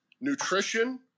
nutrition